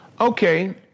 Okay